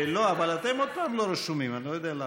לא, אבל אתם עוד פעם לא רשומים, אני לא יודע למה.